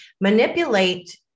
manipulate